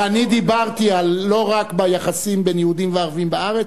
ואני דיברתי לא רק ביחסים בין יהודים וערבים בארץ,